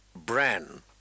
Bran